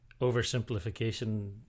oversimplification